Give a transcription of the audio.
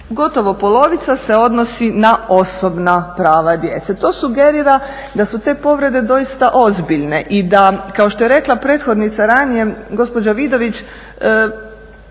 gotovo polovica se odnosi na osobna prava djece. To sugerira da su te povrede doista ozbiljne i da kao što je rekla prethodnica ranije, gospođa Vidović,